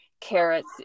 carrots